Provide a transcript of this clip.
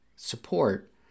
support